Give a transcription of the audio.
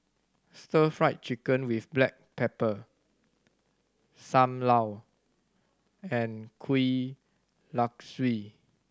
Stir Fried Chicken with black pepper Sam Lau and kuih Laswi